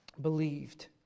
believed